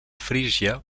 frígia